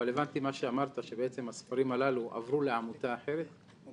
אבל הבנתי ממה שאמרת שבעצם הספרים הללו עברו לעמותה אחרת?